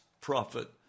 prophet